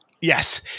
Yes